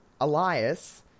Elias